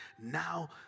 now